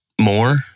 more